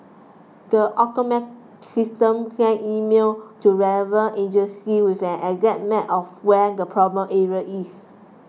the automate system send email to relevant agency with an exact map of where the problem area is